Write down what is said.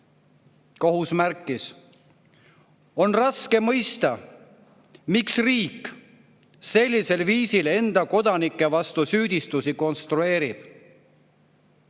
Kohus märkis: "On raske mõista, miks riik sellisel viisil enda kodanike vastu süüdistusi konstrueerib."